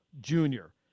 junior